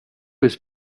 his